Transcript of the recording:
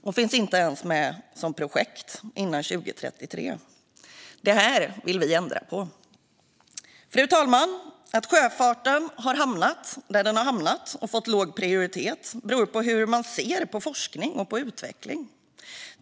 Den finns inte ens med som projekt innan 2033. Detta vill vi ändra på. Fru talman! Att sjöfarten hamnat där den hamnat och fått låg prioritet beror på hur man ser på forskning och utveckling.